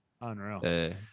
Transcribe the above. Unreal